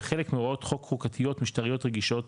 חלק מהוראות חוק חוקתיות משטריות רגישות,